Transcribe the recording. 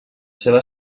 seva